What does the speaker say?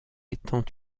étant